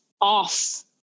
off